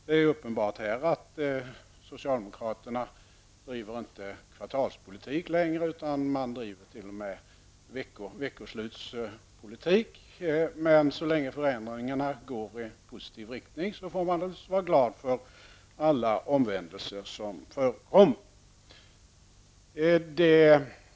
Det är uppenbart att socialdemokraterna inte längre driver kvartalspolitik, utan de driver t.o.m. veckoslutspolitik. Så länge förändringarna går i positiv riktning, får man vara glad över alla omvändelser som förekommer.